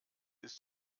ist